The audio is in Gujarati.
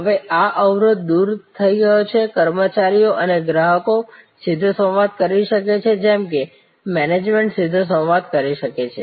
હવે આ અવરોધ દૂર થઈ ગયો છે કર્મચારીઓ અને ગ્રાહકો સીધો સંવાદ કરી શકે છે જેમ કે મેનેજમેન્ટ સીધો સંવાદ કરી શકે છે